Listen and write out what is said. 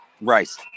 Rice